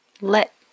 let